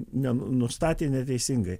ne nustatė neteisingai